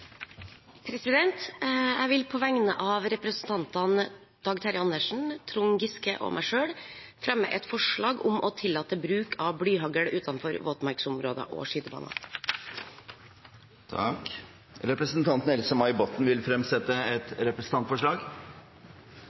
Jeg vil på vegne av representantene Dag Terje Andersen, Trond Giske og meg selv fremme et forslag om å tillate bruk av blyhagl utenfor våtmarksområder og skytebaner. Representanten Else-May Botten vil fremsette et representantforslag.